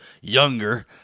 younger